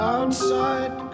Outside